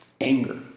anger